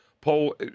Paul